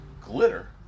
Glitter